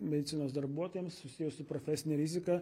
medicinos darbuotojams susiję su profesine rizika